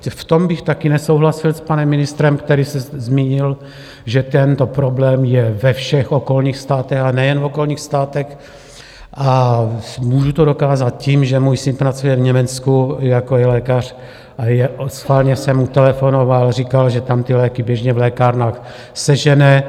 V tom bych také nesouhlasil s panem ministrem, který se zmínil, že tento problém je ve všech okolních státech, a nejen okolních státech, a můžu to dokázat tím, že můj syn pracuje v Německu jako lékař a schválně jsem mu telefonoval, říkal, že tam ty léky běžně v lékárnách sežene.